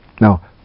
Now